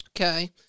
Okay